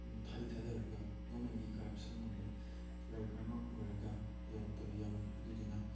ꯊꯥꯗꯤ ꯊꯥꯗꯔꯒ ꯒꯚꯔꯟꯃꯦꯟꯒꯤ ꯀꯔꯞꯁꯟꯒꯨꯝꯕ ꯂꯩꯕꯅ ꯃꯔꯝ ꯑꯣꯏꯔꯒ ꯌꯧꯔꯛꯇꯕ ꯌꯥꯎꯏ ꯑꯗꯨꯗꯨꯅ